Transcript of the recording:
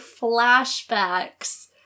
flashbacks